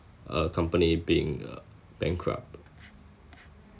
a company being uh bankrupt